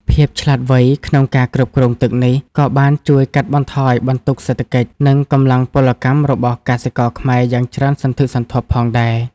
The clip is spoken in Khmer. ភាពឆ្លាតវៃក្នុងការគ្រប់គ្រងទឹកនេះ ក៏បានជួយកាត់បន្ថយបន្ទុកសេដ្ឋកិច្ច និងកម្លាំងពលកម្មរបស់កសិករខ្មែរយ៉ាងច្រើនសន្ធឹកសន្ធាប់ផងដែរ។